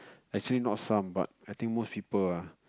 actually not some but I think most people ah